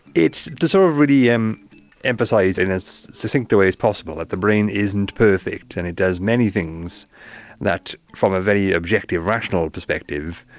it's to sort of really and emphasise in as succinct a way as possible that the brain isn't perfect and it does many things that, from a very objective rational perspective,